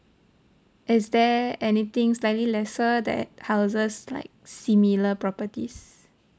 is there anything slightly lesser that houses like similar properties